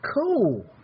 cool